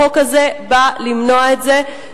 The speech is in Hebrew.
החוק הזה בא למנוע את זה,